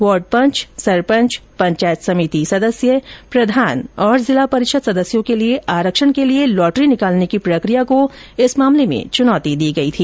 ward पंच सरपंच पंचायत समिति सदस्य प्रधान तथा जिला परिषद सदस्यों के लिए आरक्षण के लिए लॉटरी निकालने की प्रकिया को इस मामले में चुनौती दी गई थी